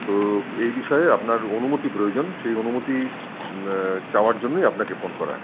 তো এই বিষয়ে আপনার অনুমতি প্রয়োজন সেই অনুমতি চাওয়ার জন্যই আপনাকে ফোন করা